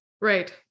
Right